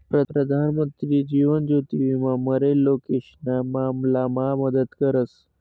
प्रधानमंत्री जीवन ज्योति विमा मरेल लोकेशना मामलामा मदत करस